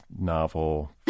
novel